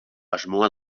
asmoa